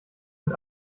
mit